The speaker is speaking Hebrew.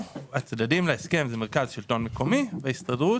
הצדדים להסכם זה מרכז השלטון המקומי וההסתדרות.